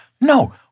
No